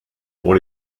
pour